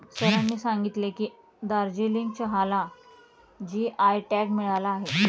सरांनी सांगितले की, दार्जिलिंग चहाला जी.आय टॅग मिळाला आहे